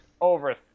over